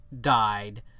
died